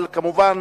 אבל מובן